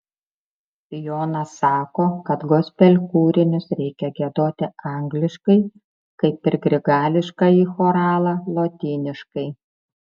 jonas sako kad gospel kūrinius reikia giedoti angliškai kaip ir grigališkąjį choralą lotyniškai